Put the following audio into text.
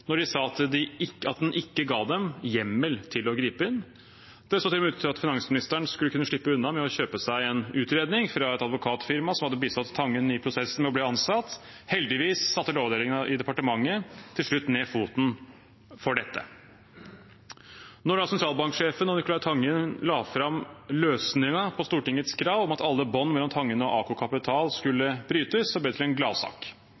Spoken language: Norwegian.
de sa at den ikke ga dem hjemmel til å gripe inn. Det så til og med ut til at finansministeren skulle kunne slippe unna med å kjøpe seg en utredning fra et advokatfirma som hadde bistått Tangen i prosessen med å bli ansatt. Heldigvis satte Lovavdelingen i departementet til slutt ned foten for dette. Da sentralbanksjefen og Nicolai Tangen la fram løsningen på Stortingets krav om at alle bånd mellom Tangen og AKO Capital skulle brytes, ble det til en gladsak.